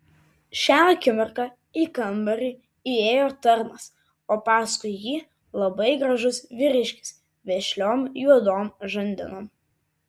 šią akimirką į kambarį įėjo tarnas o paskui jį labai gražus vyriškis vešliom juodom žandenom